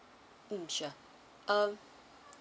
mm sure um